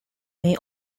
may